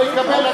שיקבל אגרה,